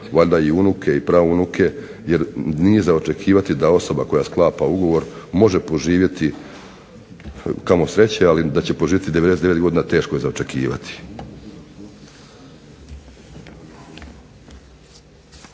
valjda i unuke i praunuke jer nije za očekivati da osoba koja sklapa ugovor može poživjeti, kamo sreće, ali da će poživjeti 99 godina teško je za očekivati.